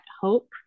hope